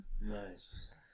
Nice